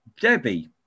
Debbie